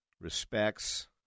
respects